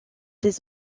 des